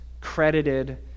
credited